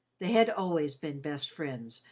they had always been best friends,